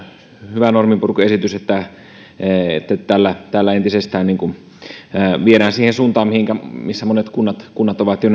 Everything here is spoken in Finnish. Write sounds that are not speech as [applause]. hyvä norminpurkuesitys että tällä tällä entisestään viedään toimintaa siihen suuntaan miten monet kunnat kunnat ovat jo [unintelligible]